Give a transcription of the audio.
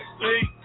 sleep